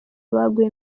baguye